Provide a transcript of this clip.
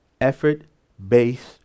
effort-based